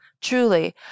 Truly